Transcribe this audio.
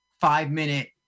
five-minute